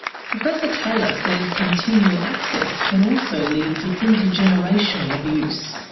professor taylor says continual access can also lead to intergenerational abuse,